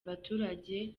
abaturage